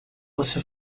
você